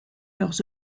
leurs